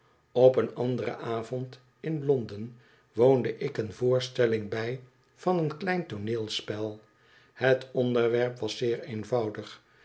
op een anderen avond in londen woonde ik eene voorstelling bij van een klein tooneelspel het onderwerp was zeer eenvoudig